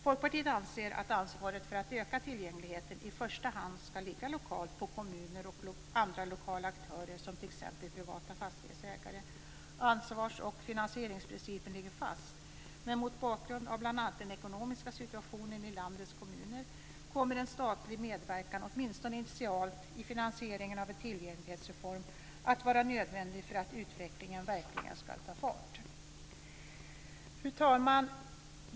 Folkpartiet anser att ansvaret för att öka tillgängligheten i första hand ska ligga lokalt på kommuner och andra lokala aktörer, som t.ex. privata fastighetsägare. Ansvars och finansieringsprincipen ligger fast, men mot bakgrund av bl.a. den ekonomiska situationen i landets kommuner kommer en statlig medverkan, åtminstone initialt, i finansieringen av en tillgänglighetsreform att vara nödvändig för att utvecklingen verkligen ska ta fart. Fru talman!